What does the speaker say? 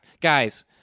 Guys